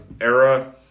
era